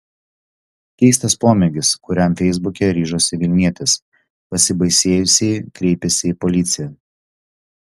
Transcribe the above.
keistas pomėgis kuriam feisbuke ryžosi vilnietis pasibaisėjusieji kreipėsi į policiją